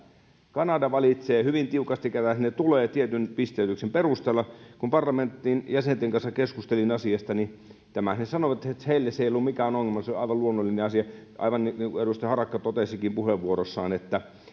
kanada valitsee hyvin tiukasti ketä sinne tulee tietyn pisteytyksen perusteella kun parlamentin jäsenten kanssa keskustelin asiasta niin tämän he sanoivat että heille se ei ole mikään ongelma se on aivan luonnollinen asia aivan niin kuin edustaja harakka totesikin puheenvuorossaan